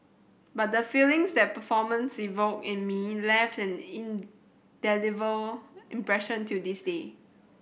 but the feelings that performance evoked in me left an indelible impression till this day